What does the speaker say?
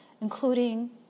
including